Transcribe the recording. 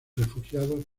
refugiados